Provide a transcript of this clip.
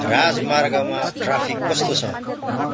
राजमार्गमा traffic कस्तो छ